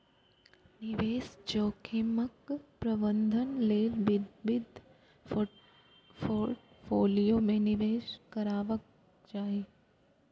निवेश जोखिमक प्रबंधन लेल विविध पोर्टफोलियो मे निवेश करबाक चाही